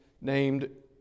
named